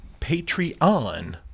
Patreon